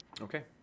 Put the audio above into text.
Okay